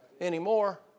anymore